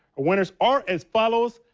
winners are as follows.